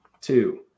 two